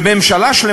ונכון הוא עשה,